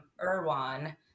Irwan